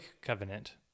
covenant